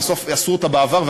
ניסו אותה בעבר,